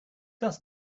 does